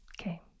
Okay